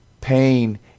pain